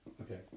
Okay